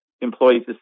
Employees